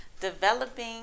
developing